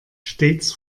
stets